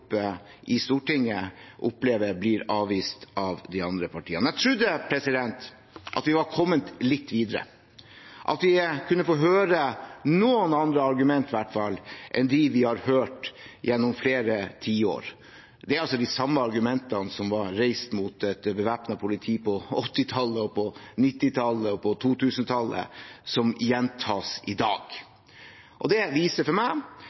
i Stortinget, opplever man at det blir avvist av de andre partiene. Jeg trodde at vi var kommet litt videre, og at vi i hvert fall kunne få høre noen andre argumenter enn dem vi har hørt gjennom flere tiår. Det er de samme argumentene som ble reist mot et bevæpnet politi på 1980-tallet, 1990-tallet og 2000 tallet, som gjentas i dag. Det viser for meg